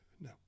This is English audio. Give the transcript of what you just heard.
no